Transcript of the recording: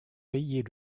payer